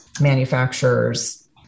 manufacturers